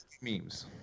memes